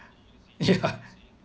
yeah